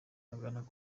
agana